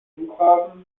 flughafen